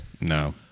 No